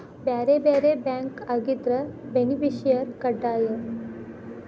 ಬ್ಯಾರೆ ಬ್ಯಾರೆ ಬ್ಯಾಂಕ್ ಆಗಿದ್ರ ಬೆನಿಫಿಸಿಯರ ಕಡ್ಡಾಯ